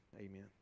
Amen